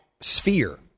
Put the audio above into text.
sphere